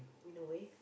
in a way